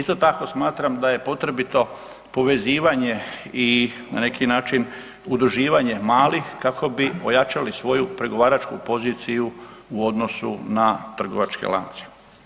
Isto tako smatram da je potrebito povezivanje i na neki način udruživanje malih kako bi ojačali svoju pregovaračku poziciju u odnosu na trgovačke lance.